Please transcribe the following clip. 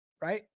right